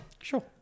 sure